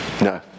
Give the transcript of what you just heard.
No